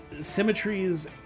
symmetries